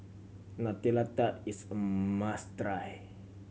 Nutella Tart is a must try